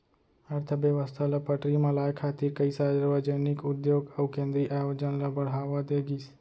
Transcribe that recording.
अर्थबेवस्था ल पटरी म लाए खातिर कइ सार्वजनिक उद्योग अउ केंद्रीय आयोजन ल बड़हावा दे गिस